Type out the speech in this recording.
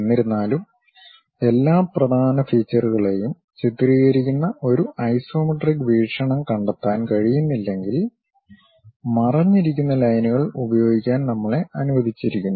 എന്നിരുന്നാലും എല്ലാ പ്രധാന ഫീച്ചറുകളെയും ചിത്രീകരിക്കുന്ന ഒരു ഐസോമെട്രിക് വീക്ഷണം കണ്ടെത്താൻ കഴിയുന്നില്ലെങ്കിൽ മറഞ്ഞിരിക്കുന്ന ലൈനുകൾ ഉപയോഗിക്കാൻ നമ്മളെ അനുവദിച്ചിരിക്കുന്നു